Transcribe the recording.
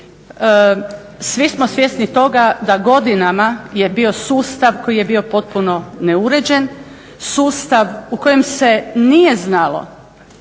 svi smo svjesni toga da godinama je bio sustav koji je bio potpuno neuređen, sustav u kojem se nije znalo